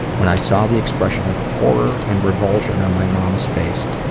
when i saw the expression of horror and revulsion on my mom's face,